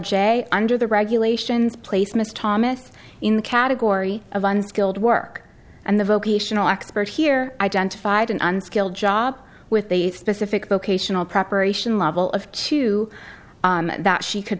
j under the regulations place miss thomas in the category of unskilled work and the vocational expert here identified an unskilled job with the specific vocational preparation level of two that she could